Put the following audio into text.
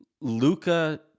luca